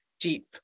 deep